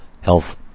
health